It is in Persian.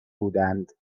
بودند